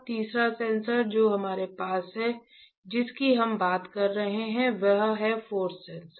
तीसरा सेंसर जो हमारे पास है जिसकी हम बात कर रहे हैं वह है फोर्स सेंसर